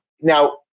Now